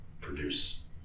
produce